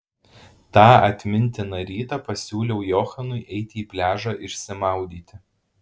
tą atmintiną rytą pasiūliau johanui eiti į pliažą išsimaudyti